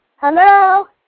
Hello